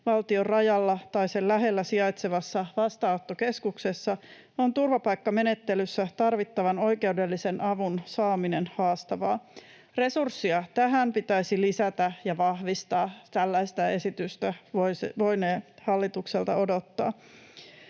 valtion rajalla tai sen lähellä sijaitsevassa vastaanottokeskuksessa on turvapaikkamenettelyssä tarvittavan oikeudellisen avun saaminen haastavaa. Resurssia tähän pitäisi lisätä ja vahvistaa. Tällaista esitystä olisimme voineet hallitukselta odottaa.